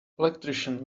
electrician